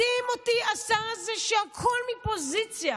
מדהים אותי השר הזה, שהכול מפוזיציה,